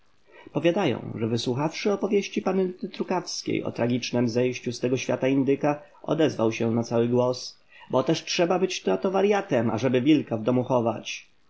powiadają że wysłuchawszy opowieści panny trukawskiej o tragicznem zejściu z tego świata indyka odezwał się na cały głos bo też trzeba być na to waryatem żeby wilka w domu chować